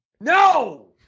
no